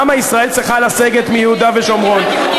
למה ישראל צריכה לסגת מיהודה ושומרון,